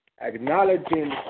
acknowledging